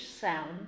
sound